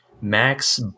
Max